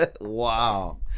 Wow